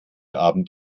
abend